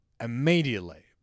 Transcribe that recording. immediately